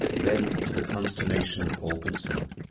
then, to the consternation of all concerned,